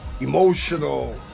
emotional